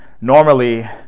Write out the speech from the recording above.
Normally